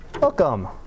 Welcome